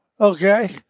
Okay